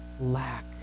lack